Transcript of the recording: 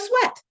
sweat